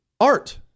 art